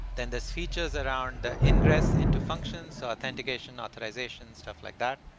then there's features around the ingress into functions, so authentication, authorization, stuff like that.